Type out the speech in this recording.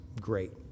great